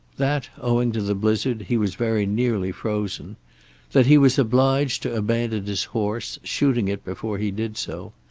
that, owing to the blizzard, he was very nearly frozen that he was obliged to abandon his horse, shooting it before he did so,